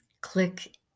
click